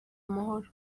amahoro